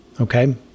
okay